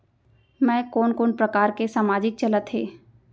मैं कोन कोन प्रकार के सामाजिक चलत हे?